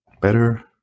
Better